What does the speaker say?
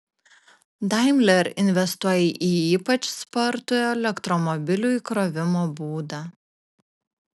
daimler investuoja į ypač spartų elektromobilių įkrovimo būdą